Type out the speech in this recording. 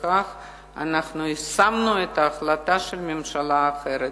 וכך אנחנו יישמנו החלטה של ממשלה אחרת.